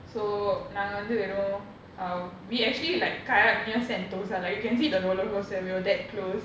so நான்வந்துவெறும்:naan vandhu verum uh we actually like kayak near sentosa like you can see the rollercoaster we were that close